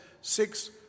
six